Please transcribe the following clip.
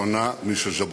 שונה משל ז'בוטינסקי.